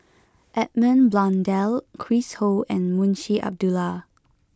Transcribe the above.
Edmund Blundell Chris Ho and Munshi Abdullah